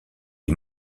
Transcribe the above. est